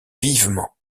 vivement